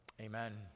Amen